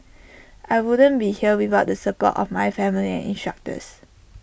I wouldn't be here without the support of my family instructors